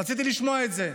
רציתי לשמוע את זה.